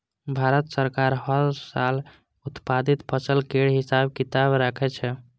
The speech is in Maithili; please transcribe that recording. भारत सरकार हर साल उत्पादित फसल केर हिसाब किताब राखै छै